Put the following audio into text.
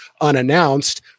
unannounced